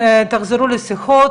אני רק מבקשת שתחזרו לשיחות,